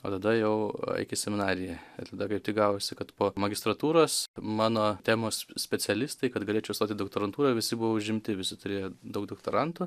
o tada jau eik į seminariją ir tada kap tik gavosi kad po magistratūros mano temos specialistai kad galėčiau stot į doktorantūrą visi buvo užimti visi turėjo daug doktorantų